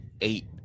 eight